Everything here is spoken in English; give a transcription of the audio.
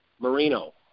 Marino